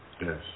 Yes